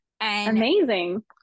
Amazing